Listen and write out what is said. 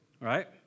right